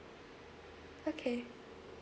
okay